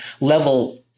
level